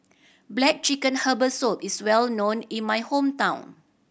black chicken herbal soup is well known in my hometown